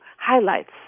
highlights